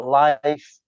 life